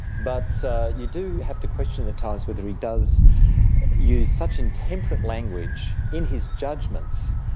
but so you do have to question at times whether he does use such intemperate language in his judgments,